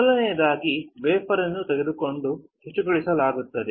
ಮೊದಲನೆಯದಾಗಿ ವೇಫರ್ ಅನ್ನು ತೆಗೆದುಕೊಂಡು ಶುಚಿಗೊಳಿಸಲಾಗುತ್ತದೆ